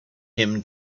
him